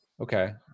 okay